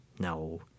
No